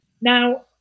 Now